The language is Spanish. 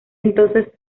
entonces